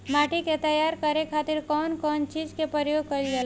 माटी के तैयार करे खातिर कउन कउन चीज के प्रयोग कइल जाला?